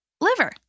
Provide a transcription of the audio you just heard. liver